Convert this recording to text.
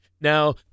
Now